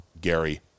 Gary